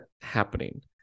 happening